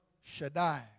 Shaddai